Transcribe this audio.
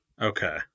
Okay